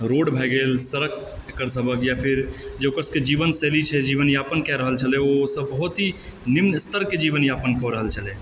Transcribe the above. road भए गेल सड़कके सबहक यऽ जे ओकर सबहक जीवन शैली छै जीवन यापन कए रहल छलै ओ सब बहुत ही निम्न स्तर के जीवन यापन कऽ रहल छलै